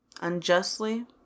Unjustly